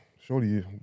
surely